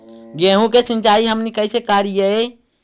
गेहूं के सिंचाई हमनि कैसे कारियय?